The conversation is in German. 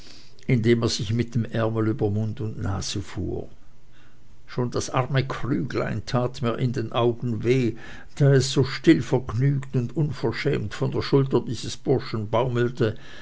indem er sich mit dem ärmel über mund und nase fuhr schon das arme krüglein tat mir in den augen weh da es so stillvergnügt und unverschämt von der schulter dieses burschen baumelte